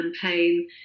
campaign